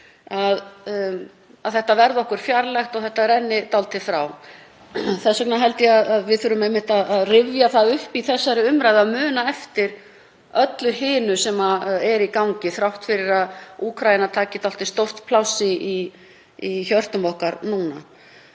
að þetta verði okkur fjarlægt og renni dálítið frá. Þess vegna held ég að við þurfum einmitt að rifja það upp í þessari umræðu og muna eftir öllu hinu sem er í gangi þrátt fyrir að Úkraína taki dálítið stórt pláss í hjörtum okkar núna.